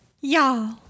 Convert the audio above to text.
y'all